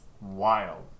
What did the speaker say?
Wild